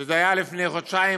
לפני חודשיים,